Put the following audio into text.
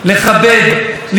ברכת ירושלים,